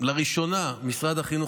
לראשונה משרד החינוך,